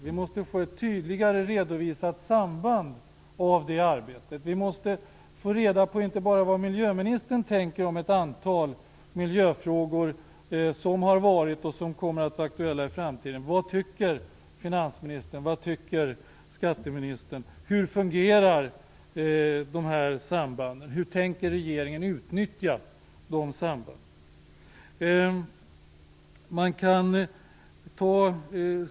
Vi måste få ett tydligare redovisat samband när det gäller det arbetet. Vi måste få reda på vad miljöministern tänker i ett antal miljöfrågor som har varit, och som kommer att vara, aktuella. Men vi måste också få reda på vad finansministern och skatteministern tycker. Hur fungerar de här sambanden och hur tänker regeringen utnyttja dem?